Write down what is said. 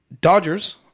Dodgers